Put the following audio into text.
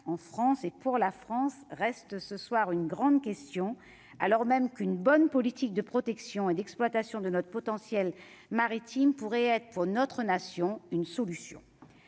en France et pour la France reste ce soir une grande question, alors même qu'une bonne politique de protection et d'exploitation de notre potentiel maritime pourrait être pour notre nation, une solution